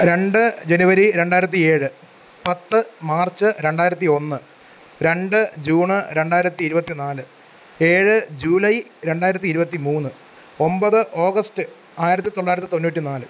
രണ്ട് ജനുവരി രണ്ടായിരത്തി ഏഴ് പത്ത് മാർച്ച് രണ്ടായിരത്തി ഒന്ന് രണ്ട് ജൂണ് രണ്ടായിരത്തി ഇരുപത്തി നാല് ഏഴ് ജൂലൈ രണ്ടായിരത്തി ഇരുപത്തി മൂന്ന് ഒമ്പത് ഓഗസ്റ്റ് ആയിരത്തിത്തൊള്ളായിരത്തിത്തൊണ്ണൂറ്റി നാല്